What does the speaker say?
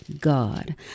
God